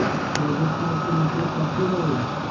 Credit card के मतलब कथी होई?